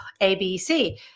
ABC